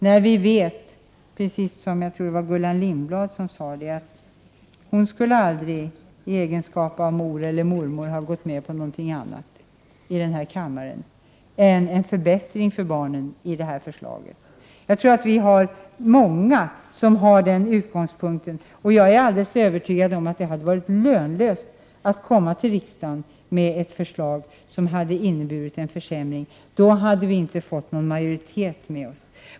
Jag vill erinra om att Gullan Lindblad sade att hon aldrig, i egenskap av mor eller mormor, skulle ha gått med på någonting annat än en förbättring för barnen i det här förslaget. Jag tror att det är många som har den utgångspunkten, och jag är alldeles övertygad om att det hade varit lönlöst att komma till riksdagen med ett förslag som hade inneburit en försämring; då hade vi inte fått någon majoritet med oss.